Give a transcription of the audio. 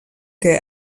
que